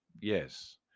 Yes